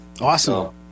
awesome